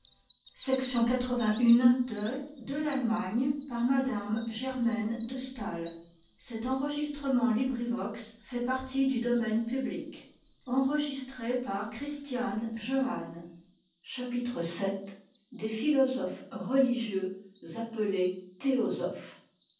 des philosophes religieux